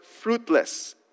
fruitless